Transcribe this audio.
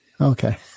okay